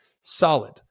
solid